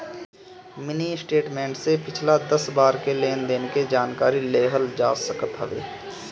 mini statement से पिछला दस बार के लेनदेन के जानकारी लेहल जा सकत हवे